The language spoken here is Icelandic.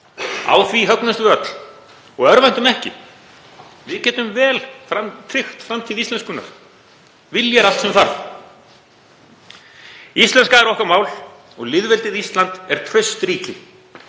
Á því högnumst við öll og örvæntum ekki. Við getum vel tryggt framtíð íslenskunnar. Vilji er allt sem þarf. Íslenska er okkar mál og lýðveldið Ísland er traust ríki.